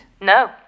No